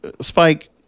Spike